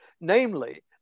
namely